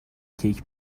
کیک